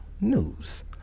news